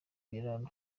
biraro